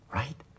right